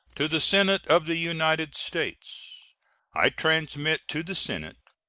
to the senate of the united states i transmit to the senate,